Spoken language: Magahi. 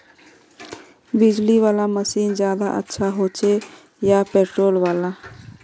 बिजली वाला मशीन ज्यादा अच्छा होचे या पेट्रोल वाला?